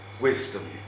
wisdom